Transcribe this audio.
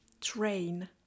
train